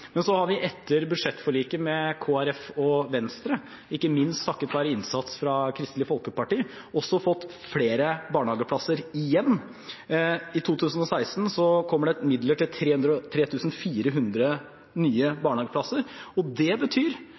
har etter budsjettforliket med Kristelig Folkeparti og Venstre – ikke minst takket være innsats fra Kristelig Folkeparti – også fått flere barnehageplasser igjen. I 2016 kommer det midler til 3 400 nye barnehageplasser. Det betyr